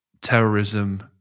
terrorism